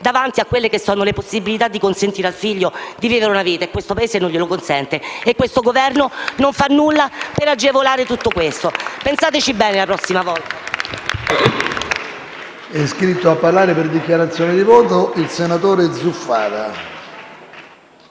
innanzitutto valuta le possibilità di consentire al figlio di vivere una vita. Questo Paese non glielo consente. Questo Governo non fa nulla per agevolare tutto questo. Pensateci bene la prossima volta.